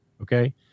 Okay